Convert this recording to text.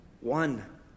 one